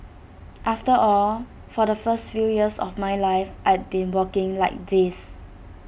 after all for the first few years of my life I'd been walking like this